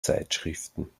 zeitschriften